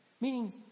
meaning